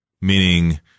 Meaning